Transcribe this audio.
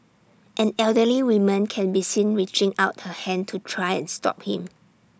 an elderly woman can be seen reaching out her hand to try and stop him